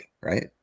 right